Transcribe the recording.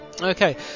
Okay